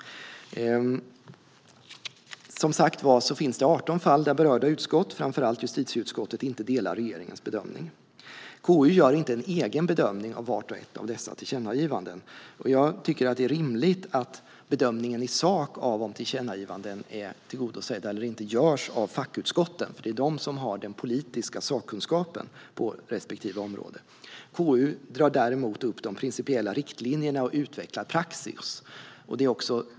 Det finns som sagt 18 fall där berörda utskott, framför allt justitieutskottet, inte delar regeringens bedömning. KU gör ingen egen bedömning av vart och ett av dessa tillkännagivanden. Jag tycker att det är rimligt att bedömningen i sak av om tillkännagivanden är tillgodosedda eller inte görs av fackutskotten, eftersom de har den politiska sakkunskapen på respektive område. KU drar däremot upp de principiella riktlinjerna och utvecklar praxis.